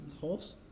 Horse